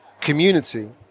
community